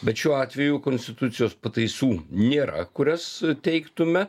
bet šiuo atveju konstitucijos pataisų nėra kurias teiktume